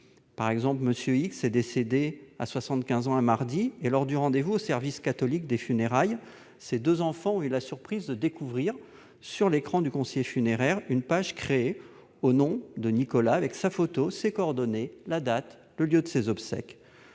Par exemple, M. X est décédé à soixante-quinze ans, un mardi. Lors du rendez-vous au service catholique des funérailles, ses deux enfants ont eu la surprise de découvrir, sur l'écran du conseiller funéraire, une page créée au nom de Nicolas, avec sa photo, ses coordonnées, la date et le lieu de ses obsèques.